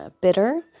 Bitter